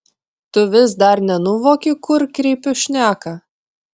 tu vis dar nenuvoki kur kreipiu šneką